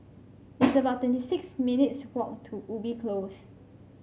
it's about twenty six minutes' walk to Ubi Close